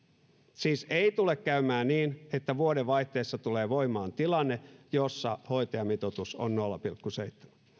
siis ei tule käymään niin että vuodenvaihteessa tulee voimaan tilanne jossa hoitajamitoitus on nolla pilkku seitsemän